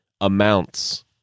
amounts